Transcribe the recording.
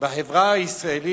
כאן בחברה הישראלית.